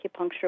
acupuncture